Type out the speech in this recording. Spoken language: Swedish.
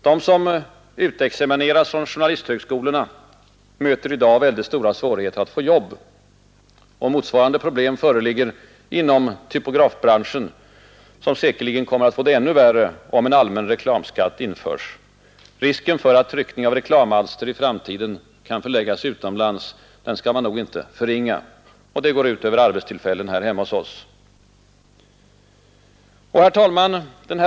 De som utexamineras från journalisthögskolorna möter i dag mycket stora svårigheter att få jobb. Och motsvarande problem föreligger inom typografbranschen, som säkerligen kommer att få det ännu värre om en allmän reklamskatt införs. Risken för att tryckning av reklamalster i framtiden kan förläggas utomlands skall man nog inte förringa — det går ut över arbetstillfällena här hemma hos oss. Herr talman!